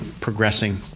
progressing